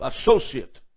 associate